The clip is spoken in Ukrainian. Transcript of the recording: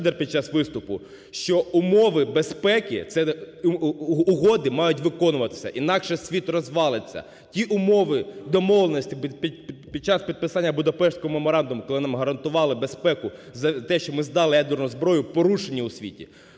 лідер під час виступу, що умови безпеки, це угоди мають виконуватися, інакше світ розвалиться. Ті умови, домовленості під час підписання Будапештського меморандуму, коли нам гарантували безпеку за те, що ми здали ядерну зброю, порушені у світі.